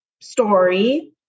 story